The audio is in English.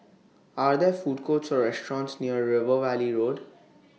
Are There Food Courts Or restaurants near River Valley Road